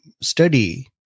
study